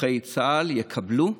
נכי צה"ל יקבלו,